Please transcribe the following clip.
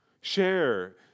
Share